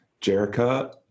jerica